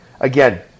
Again